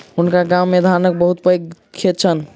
हुनका गाम मे धानक बहुत पैघ खेत छैन